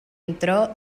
entró